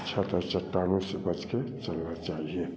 आ छत और चट्टानों से बच के चलना चाहिए